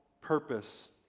purpose